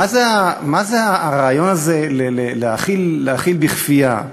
מה זה הרעיון הזה להאכיל בכפייה?